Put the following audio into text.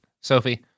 Sophie